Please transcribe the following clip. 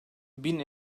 bin